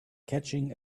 catching